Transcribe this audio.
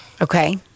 Okay